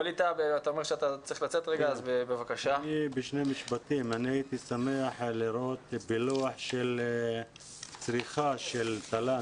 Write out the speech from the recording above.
אני הייתי שמח לראות פילוח של צריכת תל"ן,